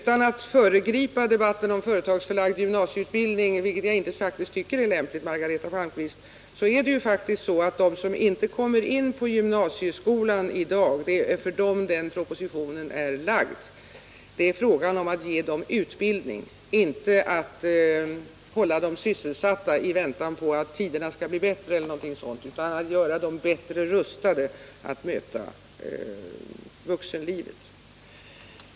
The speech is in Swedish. Jag tycker inte att det är lämpligt, Margareta Palmqvist, att föregripa debatten om företagsförlagd gymnasieutbildning, men det är ju faktiskt för dem som inte kommer in på gymnasieskolan som den propositionen är avsedd. Det är fråga om att ge dem utbildning, inte att hålla dem sysselsatta i väntan på att tiderna skall bli bättre eller någonting sådant. Avsikten är att göra dem bättre rustade att möta vuxenlivet.